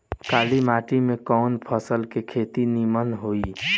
काली माटी में कवन फसल के खेती नीमन होई?